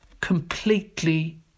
completely